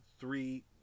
three